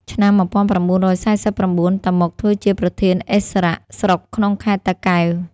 ឆ្នាំ១៩៤៩ តាម៉ុក ធ្វើជាប្រធានឥស្សរៈស្រុក ក្នុងខេត្ត តាកែវ ។